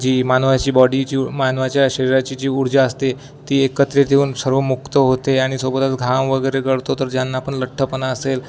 जी मानवाची बॉडीची मानवाच्या शरीराची जी ऊर्जा असते ती एकत्रित येऊन सर्व मुक्त होते आणि सोबतच घाम वगैरे गळतो तर ज्यांना पण लठ्ठपणा असेल